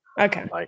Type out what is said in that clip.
Okay